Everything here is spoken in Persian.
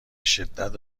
شدت